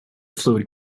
fluid